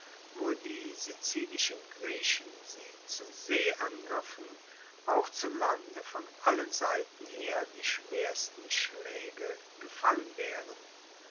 wo die sizilischen griechen sie zur see angriffen auch zu lande von allen seiten her die schwersten schlaege gefallen waeren